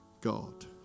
God